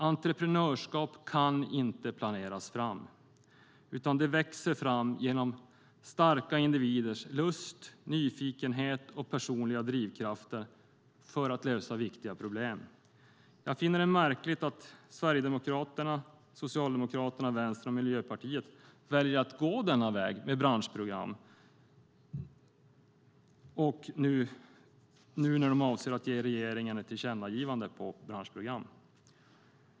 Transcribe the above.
Entreprenörskap kan inte planeras fram, utan det växer fram genom starka individers lust, nyfikenhet och personliga drivkrafter för att lösa viktiga problem. Jag finner det märkligt att Sverigedemokraterna, Socialdemokraterna, Vänsterpartiet och Miljöpartiet väljer att gå denna väg med branschprogram, nu när de vill ge regeringen ett tillkännagivande om ett branschprogram.